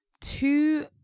two